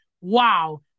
wow